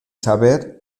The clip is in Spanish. saber